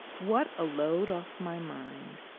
what a load off my mind!